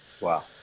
Wow